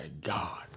God